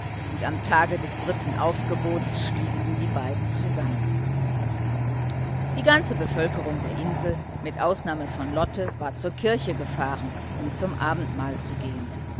und am tage des dritten aufgebots stießen die beiden zusammen die ganze bevölkerung der insel mit ausnahme von lotte war zur kirche gefahren um zum abendmahl zu gehen